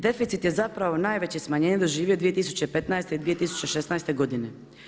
Deficit je zapravo najveće smanjenje doživio 2015. i 2016. godine.